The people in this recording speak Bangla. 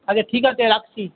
আচ্ছা ঠিক আছে রাখছি